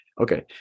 Okay